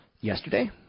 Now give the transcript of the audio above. Yesterday